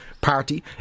party